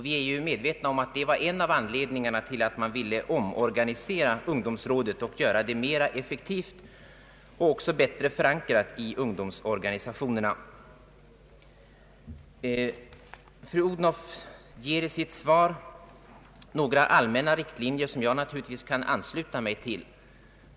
Vi är medvetna om att det var en av anledningarna till att man ville omorganisera ungdomsrådet och göra det mera effektivt och även bättre förankrat i ungdomsorganisationerna. Fru Odhnoff ger i sitt svar några allmänna riktlinjer, som jag naturligtvis kan ansluta mig till.